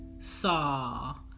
saw